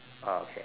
oh okay